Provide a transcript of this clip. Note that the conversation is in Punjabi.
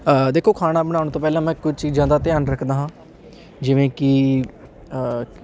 ਦੇਖੋ ਖਾਣਾ ਬਣਾਉਣ ਤੋਂ ਪਹਿਲਾਂ ਮੈਂ ਕੁਝ ਚੀਜ਼ਾਂ ਦਾ ਧਿਆਨ ਰੱਖਦਾ ਹਾਂ ਜਿਵੇਂ ਕਿ